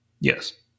Yes